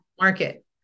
market